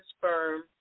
firm